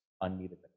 unneeded